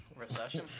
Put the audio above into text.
Recession